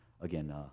Again